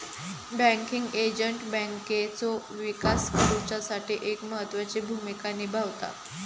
banking agent बँकेचो विकास करुच्यासाठी एक महत्त्वाची भूमिका निभावता